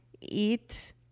eat